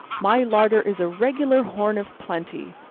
my larder is a regular horn of plenty.